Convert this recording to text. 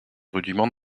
rudiments